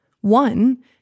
One